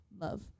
love